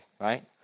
right